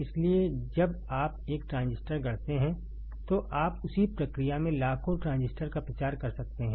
इसलिए जब आप एक ट्रांजिस्टर गढ़ते हैं तो आप उसी प्रक्रिया में लाखों ट्रांजिस्टर का प्रचार कर सकते हैं